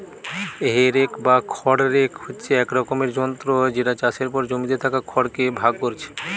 হে rake বা খড় rake হচ্ছে এক রকমের যন্ত্র যেটা চাষের পর জমিতে থাকা খড় কে ভাগ কোরছে